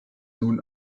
nun